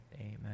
Amen